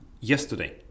Yesterday